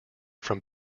from